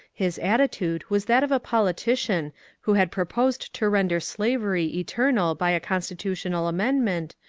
his attitude was that of a politician who had pro posed to renderslavery eternal by a constitutional amendment,